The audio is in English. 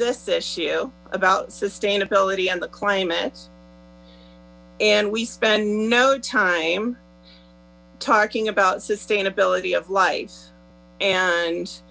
this issue about sustainability and climate and we spend no time talking about sustainability of life and